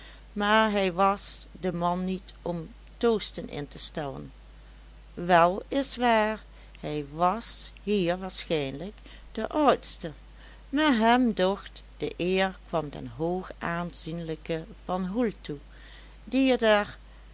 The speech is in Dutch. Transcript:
maar hij was de man niet om toosten in te stellen wel is waar hij was hier waarschijnlijk de oudste maar hem docht de eer kwam den hoogaanzienlijken van hoel toe die t er